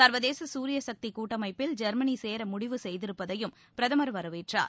சர்வதேச சூரிய சக்தி கூட்டமைப்பில் ஜெர்மனி சேர முடிவு செய்திருப்பதையும் பிரதமர் வரவேற்றார்